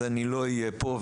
אז אני לא אהיה פה.